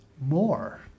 more